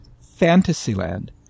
Fantasyland